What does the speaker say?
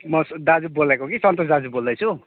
म दाजु बोलेको कि सन्तोष दाजु बोल्दैछु हौ